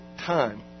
time